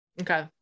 Okay